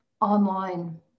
online